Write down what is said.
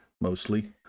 mostly